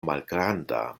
malgranda